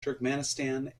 turkmenistan